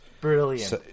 Brilliant